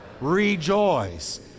rejoice